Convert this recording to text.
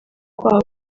kwaha